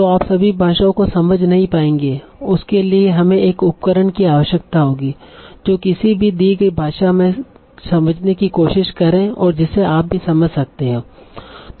तो आप सभी भाषाओं को नहीं समझ पाएंगे उसके लिए हमें एक उपकरण की आवश्यकता होगी जो किसी भी दी गई भाषा मे समझने की कोशिश करें और जिसे आप भी समझ सकते हैं